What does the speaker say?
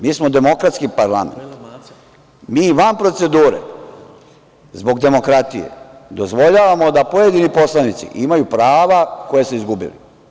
Mi smo demokratski parlament, mi i van procedure zbog demokratije dozvoljavamo da pojedini poslanici imaju prava koja su izgubili.